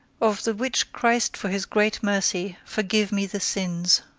of the which christ for his great mercy forgive me the sins.